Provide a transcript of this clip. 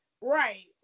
right